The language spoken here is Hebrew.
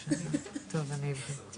תקציבים ולהגיד זה מה שאני צריך,